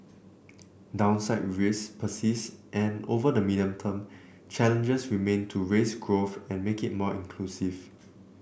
downside risk persist and over the medium term challenges remain to raise growth and make it more inclusive